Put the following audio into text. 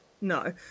No